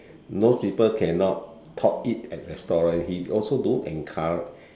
most people cannot eat restaurant eat also don't encourage